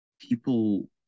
people